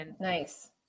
nice